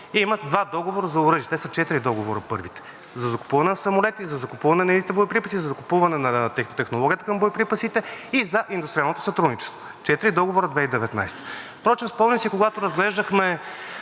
Има два договора за оръжие. Те са четири договора, първите – за закупуване на самолети, за закупуване на едните боеприпаси, за закупуване на технологията към боеприпасите и за индустриалното сътрудничество. Четири договора 2019 г. Впрочем, спомням си, когато разглеждахме